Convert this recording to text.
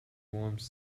worms